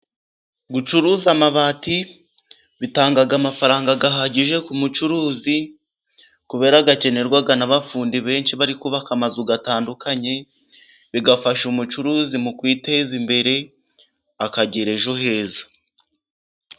Gucuruza amabati bitanga amafaranga ahagije ku mucuruzi, kubera akenerwa n'abafundi benshi bari kubaka amazu atandukanye, bigafasha umucuruzi mu kwiteza imbere akagira ejo heza.